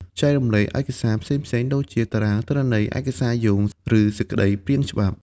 ចែករំលែក ឯកសារ ផ្សេងៗដូចជា តារាងទិន្នន័យ ឯកសារយោង ឬសេចក្តីព្រាងច្បាប់។